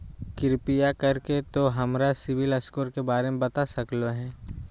कृपया कर के तों हमर सिबिल स्कोर के बारे में बता सकलो हें?